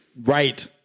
right